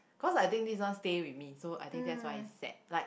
cause I think this one stay with me so I think that's why it's sad like